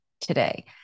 today